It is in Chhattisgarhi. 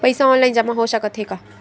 पईसा ऑनलाइन जमा हो साकत हे का?